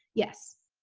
yes.